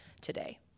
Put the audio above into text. today